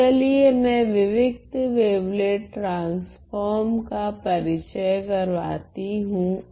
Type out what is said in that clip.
तो चलिए मैं विविक्त वेवलेट ट्रांसफोर्म का परिचय करवाती हूँ